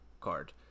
card